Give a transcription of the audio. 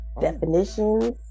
definitions